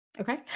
Okay